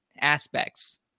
aspects